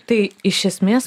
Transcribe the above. tai iš esmės